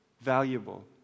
valuable